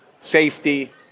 safety